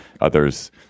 Others